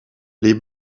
les